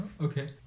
okay